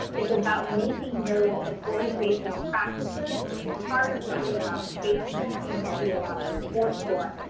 it's about making those as organizational practices part of what we allow space for and what we allow support for.